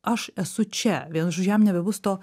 aš esu čia vienu žodžiu jam nebebus to